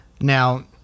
Now